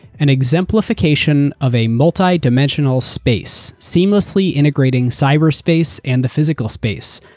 and exemplification of a multi-dimensional space, seamlessly integrating cyberspace and the physical space.